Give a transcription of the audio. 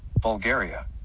Bulgaria